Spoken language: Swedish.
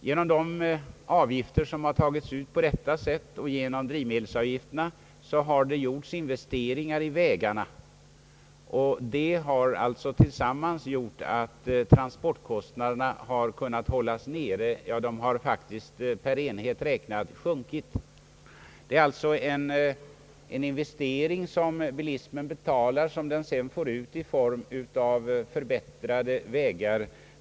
Genom de avgifter som tagits ut på detta sätt och genom drivmedelsavgifterna har det gjorts investeringar i vägarna, vilket tillsammans gjort att transportkostnaderna kunnat hållas nere. De har faktiskt per enhet räknat sjunkit. Det är en investering som bilismen betalar, men som den sedan får ut återbäring på i form av förbättrade vägar.